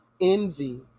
envy